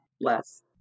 less